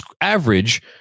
average